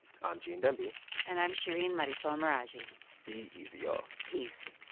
i'm gene demby and i'm shereen marisol meraji be easy, y'all peace